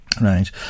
Right